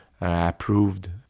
approved